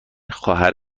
خواهر